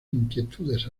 inquietudes